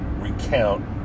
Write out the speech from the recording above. recount